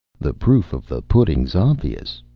the proof of the pudding's obvious.